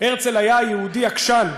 הרצל היה יהודי עקשן,